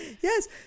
yes